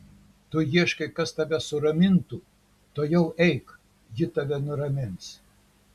tu ieškai kas tave suramintų tuojau eik ji tave nuramins